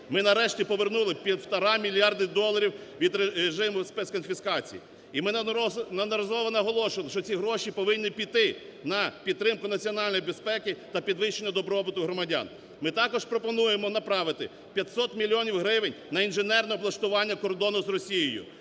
Ми, нарешті повернули півтора мільярди доларів від режиму спецконфіскації, і ми неодноразово наголошуємо, що ці гроші повинні піти на підтримку національної безпеки та підвищення добробуту громадян. Ми також пропонуємо направити 500 мільйонів гривень на інженерне облаштування кордону з Росією.